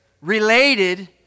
related